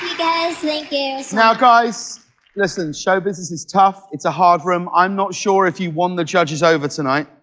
you yes, thank you now guys listen show business is tough it's a hard room. i'm not sure if you won the judges over tonight